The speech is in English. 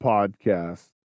Podcast